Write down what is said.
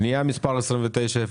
פנייה מספר 29-001,